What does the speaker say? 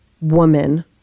woman